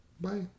bye